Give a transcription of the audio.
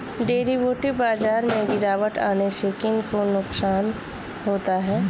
Derivative बाजार में गिरावट आने से किन को नुकसान होता है?